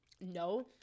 No